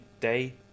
day